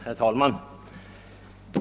Herr talman!